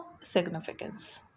significance